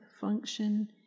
function